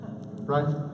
Right